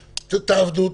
תעבדו,